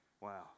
Wow